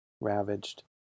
ravaged